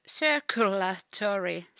circulatory